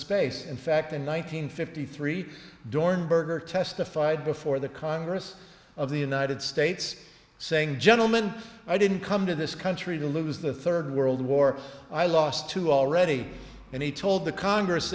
space in fact in one nine hundred fifty three dorn berger testified before the congress of the united states saying gentlemen i didn't come to this country to lose the third world war i lost two already and he told the congress